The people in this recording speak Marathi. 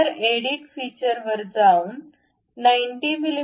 तरएडिट टीचर वर जाऊन 90 मि